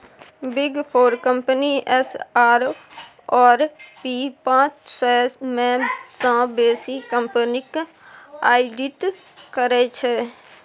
big four company S आओर P पाँच सय मे सँ बेसी कंपनीक आडिट करै छै